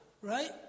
right